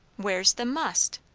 where's the must?